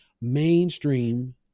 mainstream